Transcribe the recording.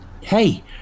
Hey